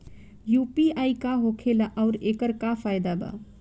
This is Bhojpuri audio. यू.पी.आई का होखेला आउर एकर का फायदा बा?